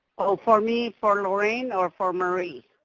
oh for me? for lorraine or for marie?